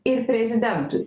ir prezidentui